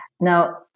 Now